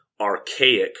archaic